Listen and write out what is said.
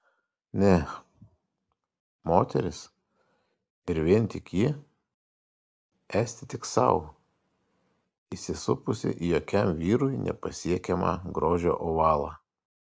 ne moteris ir vien tik ji esti tik sau įsisupusi į jokiam vyrui nepasiekiamą grožio ovalą